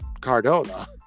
Cardona